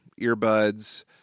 earbuds